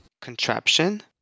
contraption